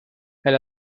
elle